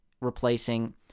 replacing